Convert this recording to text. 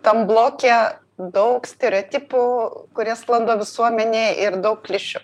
tam bloke daug stereotipų kurie sklando visuomenėj ir daug klišių